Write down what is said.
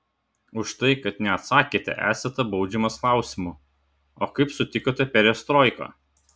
už tai kad neatsakėte esate baudžiamas klausimu o kaip sutikote perestroiką